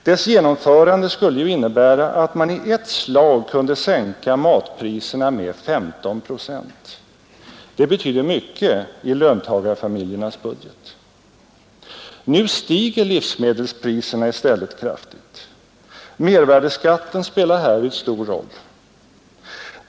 Dess genomförande skulle innebära att matpriserna i ett slag kunde sänkas med 15 procent. Det betyder mycket i löntagarfamiljernas budget. Nu stiger livsmedelspriserna i stället kraftigt. Mervärdeskatten spelar härvid stor roll.